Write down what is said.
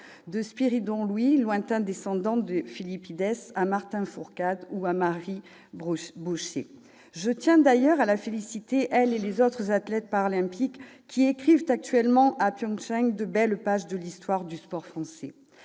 de Spyrídon Loúis, lointain descendant de Phidippidès, à Martin Fourcade ou Marie Bochet. Je tiens d'ailleurs à féliciter cette dernière, ainsi que les autres athlètes paralympiques, qui écrivent actuellement à Pyeongchang de belles pages de l'histoire du sport français.